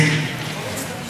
מקדים את דורו.